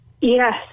Yes